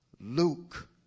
Luke